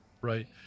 right